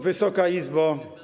Wysoka Izbo!